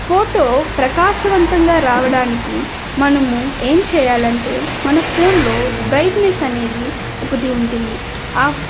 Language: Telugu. ఫోటో ప్రకాశవంతంగా రావడానికి మనము ఏమి చేయాలి అంటే మన ఫోన్లో బ్రైట్నెస్ అనేది ఒకటి ఉంటుంది ఆ